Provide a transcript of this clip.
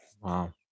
Wow